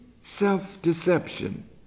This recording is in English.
self-deception